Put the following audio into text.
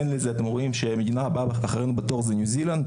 אתם רואים שהמדינה הבאה אחרינו בתור זו ניו זילנד.